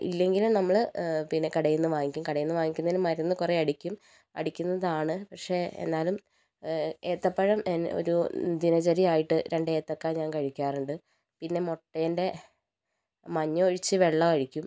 ഇല്ലെങ്കിൽ നമ്മള് കടയിൽ നിന്ന് വാങ്ങിക്കും കടയിൽ നിന്ന് വാങ്ങിക്കുന്നതില് മരുന്ന് കുറേ അടിക്കും അടിക്കുന്നതാണ് പക്ഷേ എന്നാലും ഏത്തപ്പഴം ഒരു ദിനചര്യ ആയിട്ട് രണ്ട് ഏത്തക്കാ ഞാൻ കഴിക്കാറുണ്ട് പിന്നെ മുട്ടേന്റെ മഞ്ഞ ഒഴിച്ച് വെള്ള കഴിക്കും